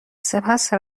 سپس